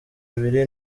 abiri